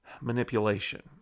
manipulation